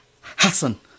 Hassan